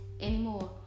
anymore